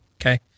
okay